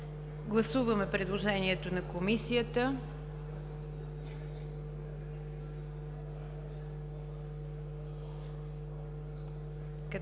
Гласуваме предложението на Комисията,